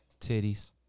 Titties